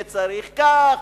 וצריך כך.